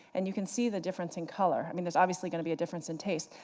and you can see the difference in color. i mean there's obviously going to be a difference in taste,